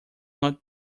not